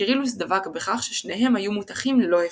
קירילוס דבק בכך ששניהם היו מותכים ללא הפרד.